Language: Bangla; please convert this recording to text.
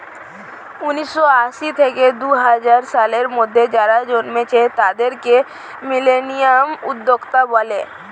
উন্নিশো আশি থেকে দুহাজার সালের মধ্যে যারা জন্মেছে তাদেরকে মিলেনিয়াল উদ্যোক্তা বলে